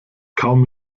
kaum